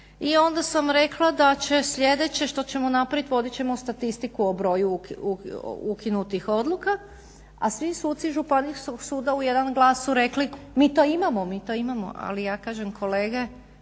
i onda sam rekla da će sljedeće što ćemo napravit vodit ćemo statistiku o broju ukinutih odluka, a svi suci županijskog suda u jedan glas su rekli mi to imamo, ali ja kažem kolege